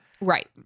right